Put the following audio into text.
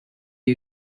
you